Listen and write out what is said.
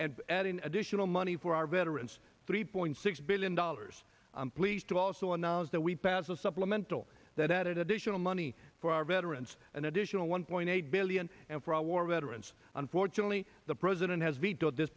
and adding additional money for our veterans three point six billion dollars i'm pleased to also announce that we passed a supplemental that added additional money for our veterans an additional one point eight billion and for a war veterans unfortunately the president has vetoed this